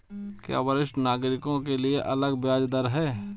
क्या वरिष्ठ नागरिकों के लिए अलग ब्याज दर है?